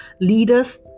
leaders